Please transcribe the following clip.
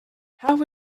how